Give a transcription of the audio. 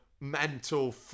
mental